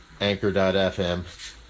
anchor.fm